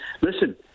listen